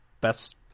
best